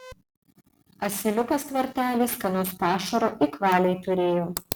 asiliukas tvartely skanaus pašaro ik valiai turėjo